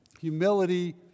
Humility